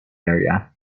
area